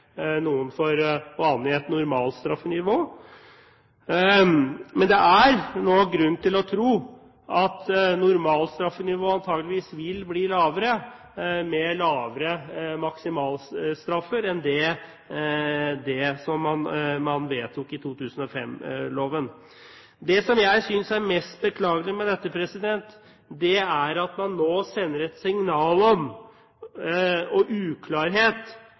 noen for å angi et normalstraffenivå. Men det er nå grunn til å tro at normalstraffenivået antakeligvis vil bli lavere med lavere maksimalstraffer enn det som man vedtok i forbindelse med 2005-loven. Det jeg synes er mest beklagelig med dette, er at man nå sender et signal om uklarhet